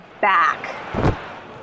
back